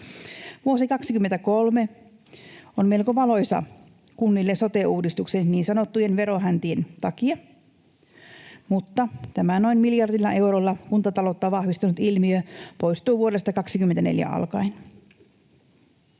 Vuosi 23 on melko valoisa kunnille sote-uudistuksen niin sanottujen verohäntien takia, mutta tämä noin miljardilla eurolla kuntataloutta vahvistanut ilmiö poistuu vuodesta 24 alkaen.